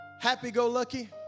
happy-go-lucky